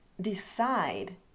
decide